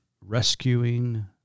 rescuing